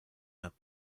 not